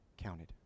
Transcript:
counted